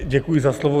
Děkuji za slovo.